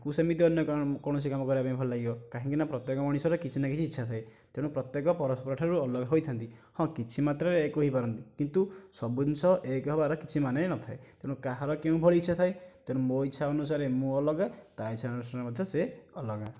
ତାକୁ ସେମିତି ଅନ୍ୟ କୌଣସି କାମ କରିବାକୁ ଭଲ ଲାଗିବ କାହିଁକି ନା ପ୍ରତ୍ୟେକ ମଣିଷର କିଛି ନା କିଛି ଇଚ୍ଛା ଥାଏ ତେଣୁ ପ୍ରତ୍ୟେକ ପରସ୍ପର ଠାରୁ ଅଲଗା ହୋଇଥାନ୍ତି ହଁ କିଛି ମାତ୍ରାରେ ଏକ ହୋଇପାରନ୍ତି କିନ୍ତୁ ସବୁ ଜିନିଷ ଏକ ହେବାର କିଛି ମାନେ ନଥାଏ ତେଣୁ କାହାର କେଉଁ ଭଳି ଇଚ୍ଛା ଥାଏ ତେଣୁ ମୋ ଇଚ୍ଛା ଅନୁସାରେ ମୁଁ ଅଲଗା ତା ଇଚ୍ଛା ଅନୁସାରେ ମଧ୍ୟ ସେ ଅଲଗା